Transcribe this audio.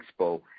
Expo